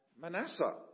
Manasseh